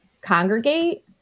congregate